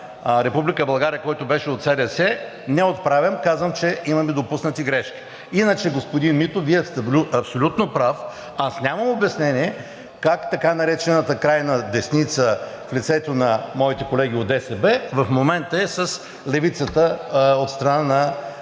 България, който беше от СДС, не отправям, казвам, че имаме допуснати грешки. Иначе, господин Митов, Вие сте абсолютно прав, нямам обяснение как така наречената крайна десница в лицето на моите колеги от ДСБ в момента е с левицата от страна на БСП.